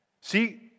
See